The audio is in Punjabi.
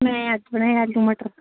ਮੈਂ ਅੱਜ ਬਣਾਏ ਆਲੂ ਮਟਰ